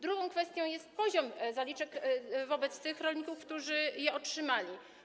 Drugą kwestią jest poziom zaliczek dla tych rolników, którzy je otrzymali.